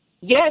Yes